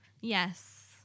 Yes